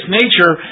nature